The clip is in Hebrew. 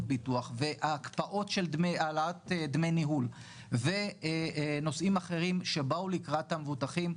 ביטוח והקפאות של העלאת דמי ניהול ונושאים אחרים שבאו לקראת המבוטחים.